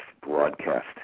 broadcast